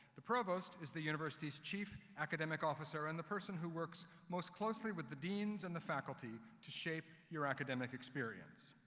the provost is the university's chief academic officer and the person who works most closely with the deans and the faculty to shape your academic experience.